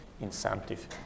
incentive